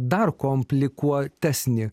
dar komplikuotesnį